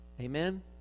Amen